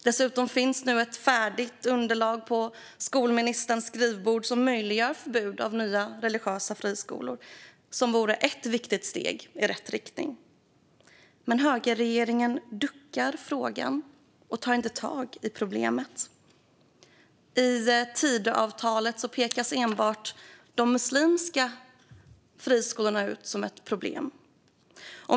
Dessutom finns ett färdigt underlag på skolministerns skrivbord som möjliggör förbud av nya religiösa friskolor, vilket vore ett viktigt steg i rätt riktning. Men högerregeringen duckar frågan och tar inte tag i problemet. I Tidöavtalet pekas enbart de muslimska friskolorna ut som ett problem.